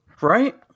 Right